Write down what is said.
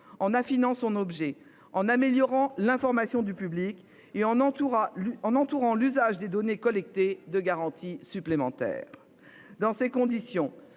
en affinant son objet en améliorant l'information du public et en entoura en entourant l'usage des données collectées de garanties supplémentaires. Dans ces conditions,